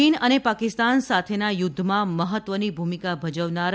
ચીન અને પાકિસ્તાન સાથેના યુદ્ધમાં મહત્વની ભૂમિકા ભજવનાર